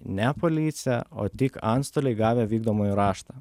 ne policija o tik antstoliai gavę vykdomąjį raštą